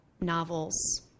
novels